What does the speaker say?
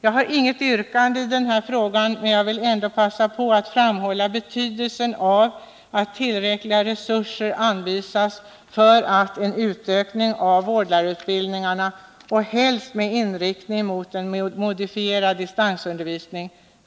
Jag har inget yrkande i den här frågan men jag vill framhålla betydelsen av att tillräckliga resurser anvisas för utökning av vårdlärarutbildningarna, helst med inriktning mot en modifierad distansundervisning.